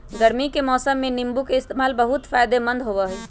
गर्मी के मौसम में नीम्बू के इस्तेमाल बहुत फायदेमंद होबा हई